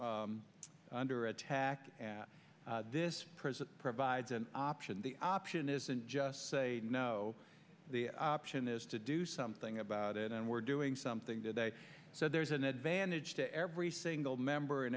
is under attack at this present provides an option the option isn't just say no the option is to do something about it and we're doing something today so there's an advantage to every single member in